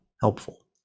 helpful